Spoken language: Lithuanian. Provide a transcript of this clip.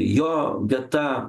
jo vieta